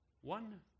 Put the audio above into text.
One